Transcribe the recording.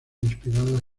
inspiradas